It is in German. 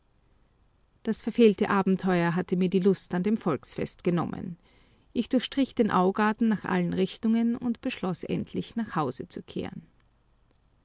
das verfehlte abenteuer hatte mir die lust an dem volksfest genommen ich durchstrich den augarten nach allen richtungen und beschloß endlich nach hause zu kehren